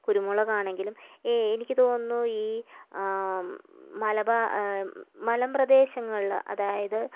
കരുമുളകാണെങ്കിലും എനിക്ക് തോന്നുന്നു ഈ മലബാർ മലമ്പ്രദേശങ്ങളില് അതായത്